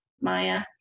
Maya